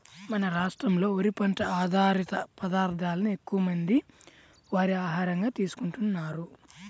మన రాష్ట్రంలో వరి పంట ఆధారిత పదార్ధాలనే ఎక్కువమంది వారి ఆహారంగా తీసుకుంటున్నారు